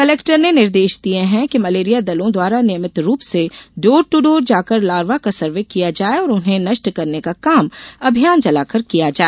collector ने निर्देश दिये है कि मलेरिया दलों द्वारा नियमित रूप से डोर टू डोर जाकर लार्वा का सर्वे किया जाए और उन्हें नष्ट करने का काम अभियान चलाकर किया जाए